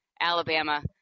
Alabama